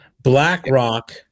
BlackRock